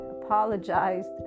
apologized